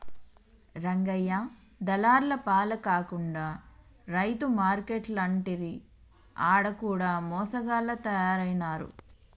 రంగయ్య దళార్ల పాల కాకుండా రైతు మార్కేట్లంటిరి ఆడ కూడ మోసగాళ్ల తయారైనారు